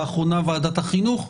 לאחרונה ועדת החינוך.